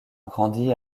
grandit